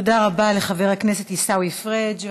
תודה רבה לחבר הכנסת עיסאווי פריג'.